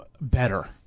better